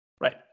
Right